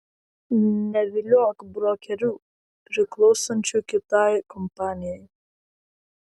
neviliok brokerių priklausančių kitai kompanijai